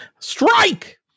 Strike